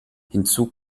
hinzu